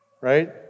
Right